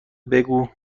بگو